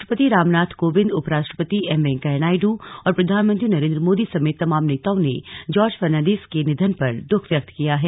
राष्ट्रपति रामनाथ कोविन्द उपराष्ट्रपति एम वैंकेया नायडू और प्रधानमंत्री नरेन्द्र मोदी समेत तमाम नेताओं ने जॉर्ज फर्नांडिस के निधन पर दुख व्यक्त किया है